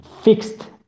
fixed